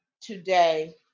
today